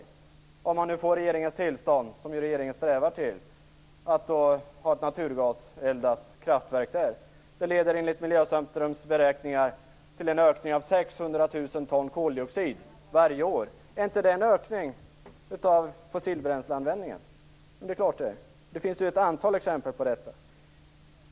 Vad kommer att hända om man får regeringens tillstånd - och det strävar ju regeringen efter - att ha ett naturgaseldat kraftverk där? Enligt Miljöcentrums beräkningar leder det till en ökning av koldioxiden med 600 000 ton varje år. Är inte det ökning av fossilbränsleanvändningen? Det är klart det är. Det finns ju ett antal exempel på detta.